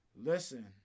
Listen